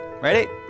Ready